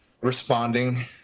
responding